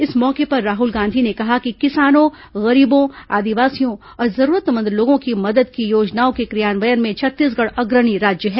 इस मौके पर राहुल गांधी ने कहा कि किसानों गरीबों आदिवासियों और जरूरतमंद लोगों की मदद की योजनाओं के क्रियान्वयन में छत्तीसगढ़ अग्रणी राज्य है